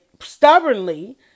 stubbornly